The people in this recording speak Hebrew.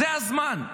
זה הזמן.